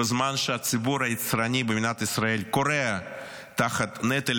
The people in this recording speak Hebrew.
בזמן שהציבור היצרני במדינת ישראל כורע תחת נטל